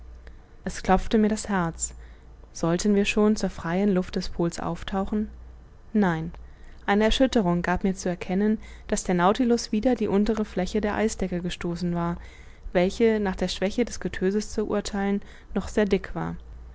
es klopfte mir das herz sollten wir schon zur freien luft des pols auftauchen nein eine erschütterung gab mir zu erkennen daß der nautilus wider die untere fläche der eisdecke gestoßen war welche nach der schwäche des getöses zu urtheilen noch sehr dick war